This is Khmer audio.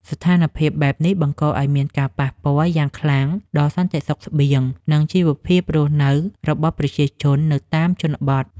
ស្ថានភាពបែបនេះបង្កឱ្យមានការប៉ះពាល់យ៉ាងខ្លាំងដល់សន្តិសុខស្បៀង និងជីវភាពរស់នៅរបស់ប្រជាជននៅតាមជនបទ។